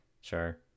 Sure